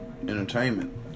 entertainment